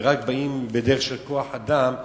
ורק באים בדרך של כוח-אדם,